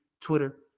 Twitter